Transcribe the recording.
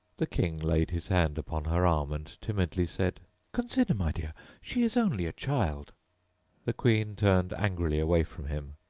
the king laid his hand upon her arm, and timidly said consider, my dear she is only a child the queen turned angrily away from him,